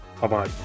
Bye-bye